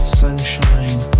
sunshine